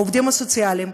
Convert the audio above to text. העובדים הסוציאליים,